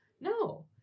no